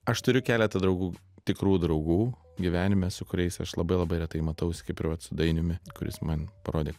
aš turiu keletą draugų tikrų draugų gyvenime su kuriais aš labai labai retai matausi kaip ir vat su dainiumi kuris man parodė